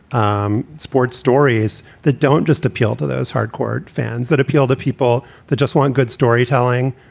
um sports stories that don't just appeal to those hardcore fans, that appeal to people that just want good storytelling.